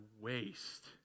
waste